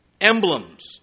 emblems